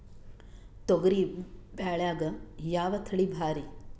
ತೊಗರಿ ಬ್ಯಾಳ್ಯಾಗ ಯಾವ ತಳಿ ಭಾರಿ?